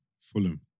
Fulham